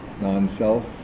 non-self